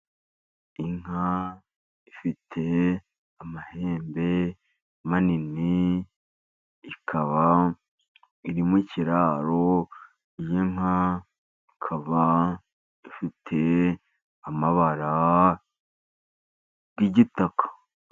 Inka ifite amahembe manini, ikaba iri mu kiraro, iyi nka ikaba ifite amabara y'igitaka.